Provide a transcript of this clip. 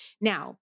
Now